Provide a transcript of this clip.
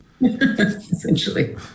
Essentially